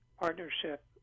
partnership